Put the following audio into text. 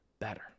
better